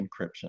encryption